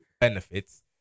benefits